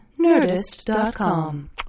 Nerdist.com